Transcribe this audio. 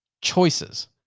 choices